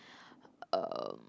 um